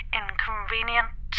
inconvenient